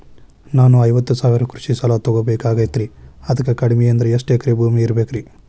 ನಾನು ಐವತ್ತು ಸಾವಿರ ಕೃಷಿ ಸಾಲಾ ತೊಗೋಬೇಕಾಗೈತ್ರಿ ಅದಕ್ ಕಡಿಮಿ ಅಂದ್ರ ಎಷ್ಟ ಎಕರೆ ಭೂಮಿ ಇರಬೇಕ್ರಿ?